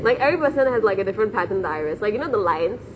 like every person has like a different pattern in the iris like you know the lines